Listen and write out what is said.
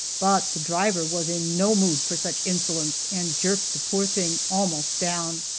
but the driver was in no mood for such insolence, and jerked the poor thing almost down.